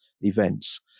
events